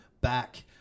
back